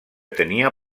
tenia